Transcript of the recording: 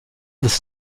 this